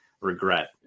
regret